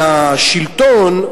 והשלטון,